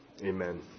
Amen